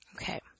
Okay